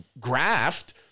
graft